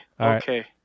Okay